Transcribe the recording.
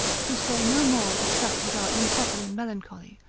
to say no more of such as are improperly melancholy,